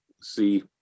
see